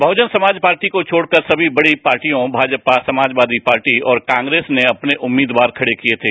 बहुजन Samaj party को छोड़कर सभी बड़ी पार्टियों भाजपा समाजवादी पार्टी और कांग्रेस ने अपने उम्मीदवार खड़े किए थे